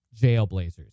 Jailblazers